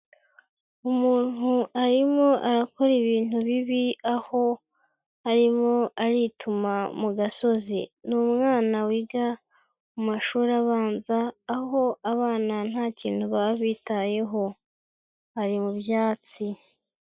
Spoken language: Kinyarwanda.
Umuntu arimo arakora ibintu bibi aho arimo arituma mu gasozi, ni umwana wiga mu mashuri abanza aho abana ntakintu baba bitayeho, ari mubyatsi.